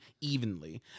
evenly